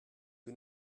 que